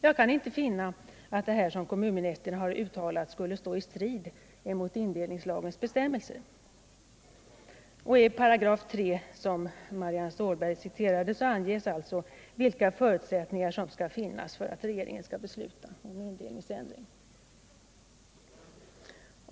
Jag kan inte finna att det som kommunministern här uttalat skulle stå i strid med indelningslagens bestämmelser. I 3 §, som Marianne Stålberg citerade, anges alltså vilka förutsättningar som skall finnas för att regeringen skall besluta om indelningsändring.